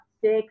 six